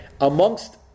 Amongst